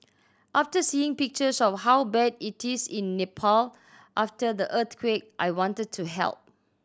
after seeing pictures of how bad it is in Nepal after the earthquake I wanted to help